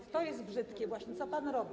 To jest brzydkie właśnie, co pan robi.